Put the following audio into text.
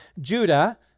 Judah